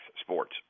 Sports